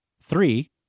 Three